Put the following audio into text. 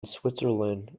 switzerland